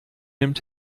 nimmt